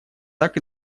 так